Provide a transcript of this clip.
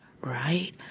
right